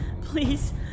please